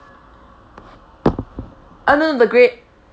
ah no the grey